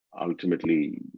ultimately